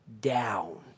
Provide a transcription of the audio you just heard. down